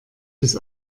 bis